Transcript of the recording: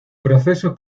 proceso